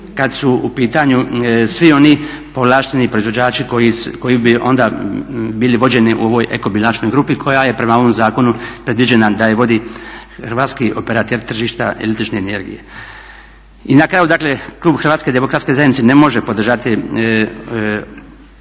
kada je su pitanju svi oni povlašteni proizvođači koji bi onda bili vođeni u ovoj … grupi koja je prema ovom zakonu predviđena da je vodi hrvatski operater tržišta el.energije. I na kraju dakle klub Hrvatske demokratske zajednice ne može podržati